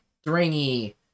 stringy